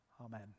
Amen